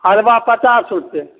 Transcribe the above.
अरबा पचास रुपैआ